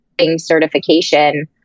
certification